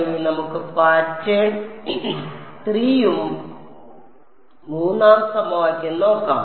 ഇനി നമുക്ക് പാറ്റേൺ 3 ആം സമവാക്യം നോക്കാം